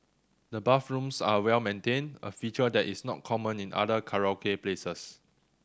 the bathrooms are well maintained a feature that is not common in other karaoke places